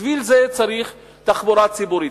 בשביל זה צריך תחבורה ציבורית,